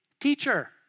teacher